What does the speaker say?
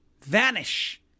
vanish